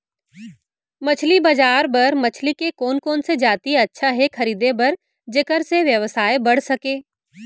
मछली बजार बर मछली के कोन कोन से जाति अच्छा हे खरीदे बर जेकर से व्यवसाय बढ़ सके?